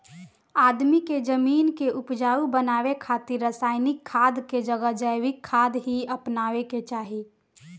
आदमी के जमीन के उपजाऊ बनावे खातिर रासायनिक खाद के जगह जैविक खाद ही अपनावे के चाही